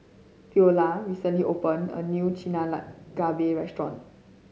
Theola recently opened a new restaurant